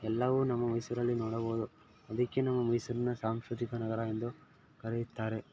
ಎಲ್ಲವೂ ನಮ್ಮ ಮೈಸೂರಲ್ಲಿ ನೋಡಬೌದು ಅದಕ್ಕೆ ನಮ್ಮ ಮೈಸೂರನ್ನು ಸಾಂಸ್ಕೃತಿಕ ನಗರ ಎಂದು ಕರೆಯುತ್ತಾರೆ